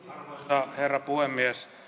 arvoisa puhemies